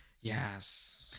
yes